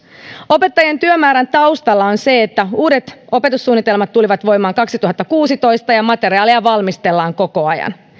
opettajien työmäärän taustalla on se että uudet opetussuunnitelmat tulivat voimaan kaksituhattakuusitoista ja materiaalia valmistellaan koko ajan